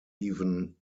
even